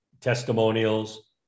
Testimonials